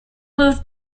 moved